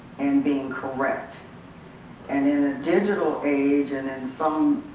and being correct and in a digital age and in some